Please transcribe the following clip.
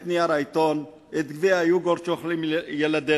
את נייר העיתון, את גביע היוגורט שאוכלים ילדינו.